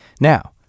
Now